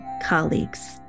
colleagues